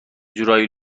جورایی